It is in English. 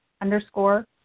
underscore